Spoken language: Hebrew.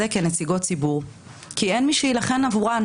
כנציגות ציבור כי אין מי שיילחם עבורן.